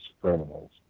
criminals